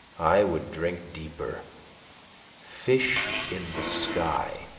i would drink deeper fish in the sky,